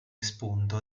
spunto